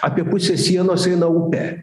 apie pusę sienos eina upe